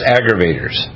Aggravators